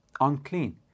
unclean